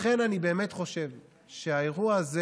לכן אני באמת חושב שהאירוע הזה